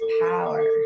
power